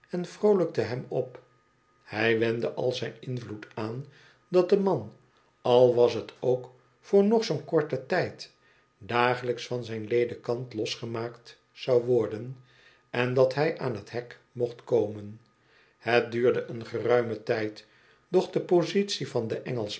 en vroolijkte hem op hij wendde al zn'n invloed aan dat de man al was t ook voor nog zoo korten tijd dagelijks van zijn ledekant losgemaakt zou worden en dat hij aan t hek mocht komen het duurde een geruimen tijd doch de positie van den